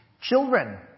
Children